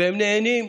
הם נהנים,